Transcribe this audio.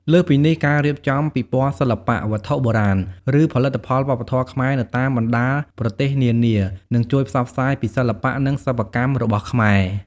លើសពីនេះ ការរៀបចំពិព័រណ៍សិល្បៈ វត្ថុបុរាណ ឬផលិតផលវប្បធម៌ខ្មែរនៅតាមបណ្ដាប្រទេសនានា នឹងជួយផ្សព្វផ្សាយពីសិល្បៈ និងសិប្បកម្មរបស់ខ្មែរ។